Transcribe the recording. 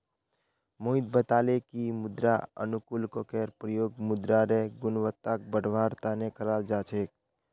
मोहित बताले कि मृदा अनुकूलककेर प्रयोग मृदारेर गुणवत्ताक बढ़वार तना कराल जा छेक